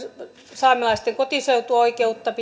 saamelaisten kotiseutuoikeutta